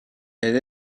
elle